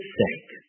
sake